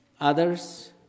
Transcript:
others